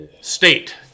State